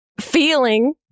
feeling